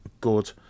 good